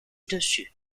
dessus